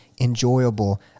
enjoyable